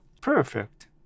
perfect